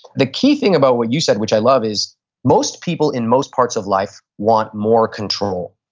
the key thing about what you said, which i love, is most people in most parts of life want more control.